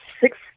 six